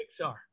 Pixar